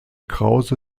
krause